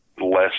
less